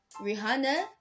Rihanna